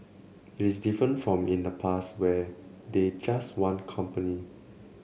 it is different from in the past where they just want company